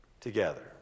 together